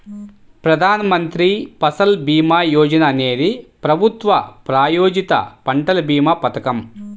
ప్రధాన్ మంత్రి ఫసల్ భీమా యోజన అనేది ప్రభుత్వ ప్రాయోజిత పంటల భీమా పథకం